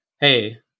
hey